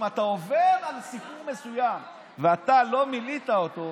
אם אתה עובר על סיכום מסוים ואתה לא מילאת אותו,